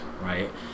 right